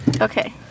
Okay